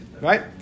right